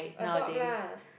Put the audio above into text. adopt lah